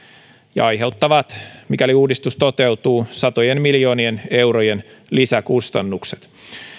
ja aiheuttavat mikäli uudistus toteutuu satojen miljoonien eurojen lisäkustannukset